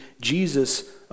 Jesus